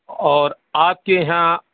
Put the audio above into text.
اور آپ کے یہاں